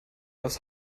aufs